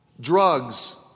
drugs